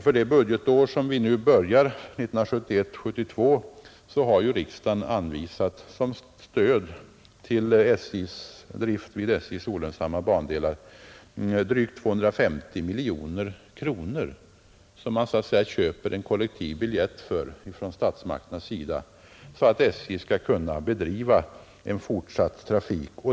För budgetåret 1971/72 har riksdagen till stöd för drift vid SJ:s olönsamma bandelar anvisat drygt 250 miljoner kronor, som man från statsmakternas sida så att säga köper en kollektiv biljett för, för att SJ skall kunna bedriva en fortsatt trafik.